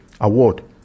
award